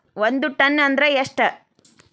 ಒಂದ್ ಟನ್ ಅಂದ್ರ ಎಷ್ಟ?